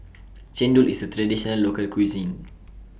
Chendol IS A Traditional Local Cuisine